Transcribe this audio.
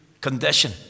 condition